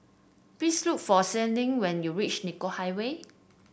please look for Sharde when you reach Nicoll Highway